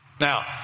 Now